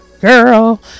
girl